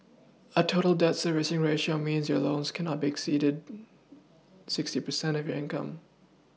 a total debt Servicing ratio means that your loans cannot exceed sixty percent of your income